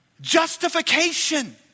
Justification